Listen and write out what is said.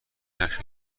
نقشه